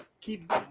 Keep